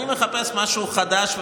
אני מחפש משהו חדש ובשורה.